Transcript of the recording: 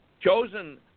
chosen